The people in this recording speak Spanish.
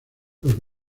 los